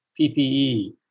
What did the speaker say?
PPE